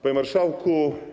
Panie Marszałku!